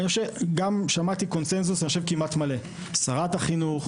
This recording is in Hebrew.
שמעתי קונצנזוס כמעט מלא משרת החינוך,